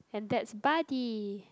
and that's Buddy